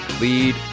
lead